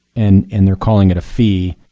and and they're calling it a fee